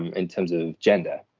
and in terms of gender,